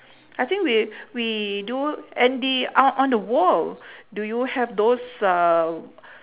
I think we we do and the out on the wall do you have those uhh